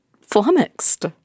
flummoxed